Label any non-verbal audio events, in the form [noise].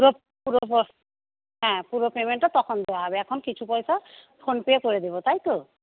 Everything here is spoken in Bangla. [unintelligible] হ্যাঁ পুরো পেমেন্টটা তখন দেওয়া হবে এখন কিছু পয়সা ফোনপে করে দেব তাই তো